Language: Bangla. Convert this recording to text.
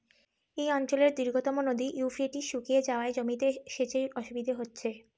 এই অঞ্চলের দীর্ঘতম নদী ইউফ্রেটিস শুকিয়ে যাওয়ায় জমিতে সেচের অসুবিধে হচ্ছে